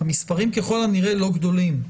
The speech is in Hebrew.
המספרים הנראה לא גדולים.